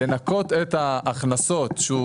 זה בדיוק הניסיון שלנו להציג את התמונה הכוללת